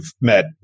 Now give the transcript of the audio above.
met